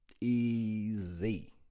Easy